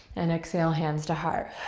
and exhale, hands to heart.